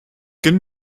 gönn